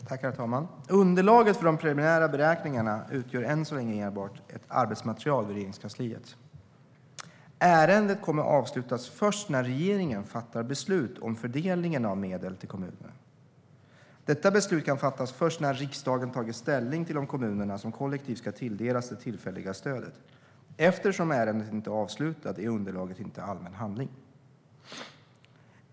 Herr talman! Underlaget för de preliminära beräkningarna utgör än så länge enbart ett arbetsmaterial i Regeringskansliet. Ärendet kommer att avslutas först när regeringen fattar beslut om fördelningen av medel till kommunerna. Detta beslut kan fattas först när riksdagen tagit ställning till de kommuner som kollektivt ska tilldelas det tillfälliga stödet. Eftersom ärendet inte är avslutat är underlaget inte allmän handling.